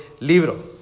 libro